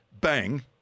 bang